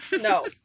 No